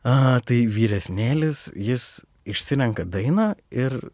a tai vyresnėlis jis išsirenka dainą ir